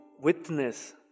witness